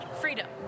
freedom